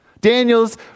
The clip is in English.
Daniel's